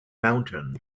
mountain